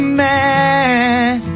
mad